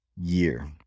year